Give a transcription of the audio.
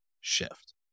shift